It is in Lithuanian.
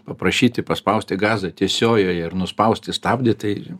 paprašyti paspausti gazą tiesiojoje ir nuspausti stabdį tai